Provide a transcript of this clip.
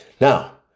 Now